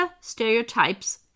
stereotypes